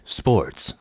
sports